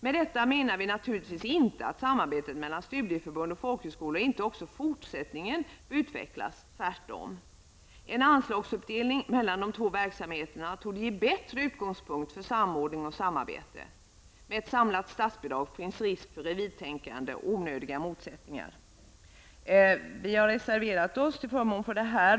Med detta menar vi naturligtvis inte att samarbetet mellan studieförbund och folkhögskolor inte också i fortsättningen bör utvecklas -- tvärtom. En anslagsuppdelning mellan de två verksamheterna torde ge bättre utgångspunkt för samordning och samarbete. Med ett samlat statsbidrag finns risk för revirtänkande och onödiga motsättningar. Vi har reserverat oss för vårt förslag på denna punkt.